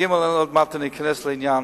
עוד מעט אני אכנס לעניין.